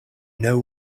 know